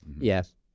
Yes